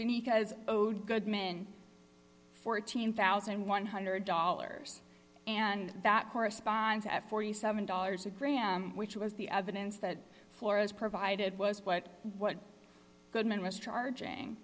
need because owed goodman fourteen thousand one hundred dollars and that corresponds at forty seven dollars a gram which was the evidence that flores provided was but what goodman was charging